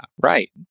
right